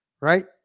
Right